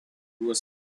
was